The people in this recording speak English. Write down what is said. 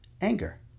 Anger